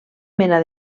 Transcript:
mena